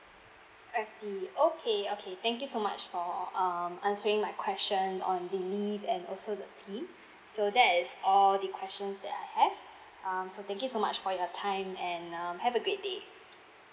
I see okay okay thank you so much for um answering my question on the leave and also the scheme so that is all the questions that I have um so thank you so much for your time and um have a great day